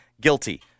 guilty